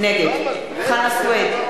נגד חנא סוייד,